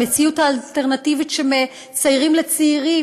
המציאות האלטרנטיבית שמציירים לצעירים